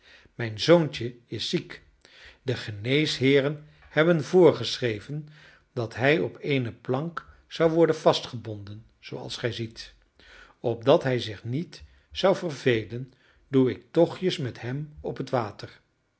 mijn zoontje is ziek de geneesheeren hebben voorgeschreven dat hij op eene plank zou worden vastgebonden zooals gij ziet opdat hij zich niet zou vervelen doe ik tochtjes met hem op het water